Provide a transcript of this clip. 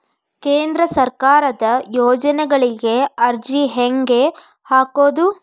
ಕೇಂದ್ರ ಸರ್ಕಾರದ ಯೋಜನೆಗಳಿಗೆ ಅರ್ಜಿ ಹೆಂಗೆ ಹಾಕೋದು?